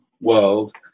world